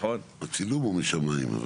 הצילום הוא משמיים.